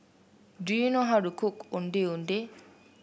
do you know how to cook Ondeh Ondeh